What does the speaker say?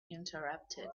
interrupted